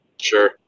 Sure